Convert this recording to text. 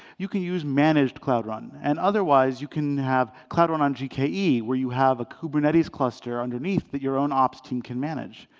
you can use managed cloud run. and otherwise, you can have cloud run on gke, where you have a kubernetes cluster underneath that your own ops team can manage.